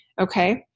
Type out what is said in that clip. Okay